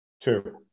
Two